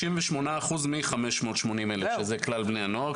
68% מ-580,000, שזה כלל בני הנוער.